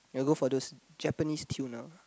you'll go for those Japanese tuner